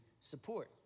support